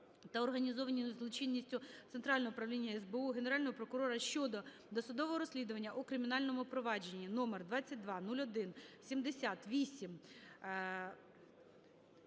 та організованою злочинністю Центрального управління СБУ, Генерального прокурора щодо досудового розслідування у кримінальному провадженні №